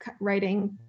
writing